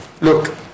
look